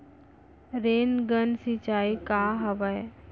Rain gun सिंचाई का हवय?